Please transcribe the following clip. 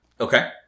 Okay